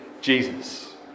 Jesus